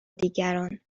دیگران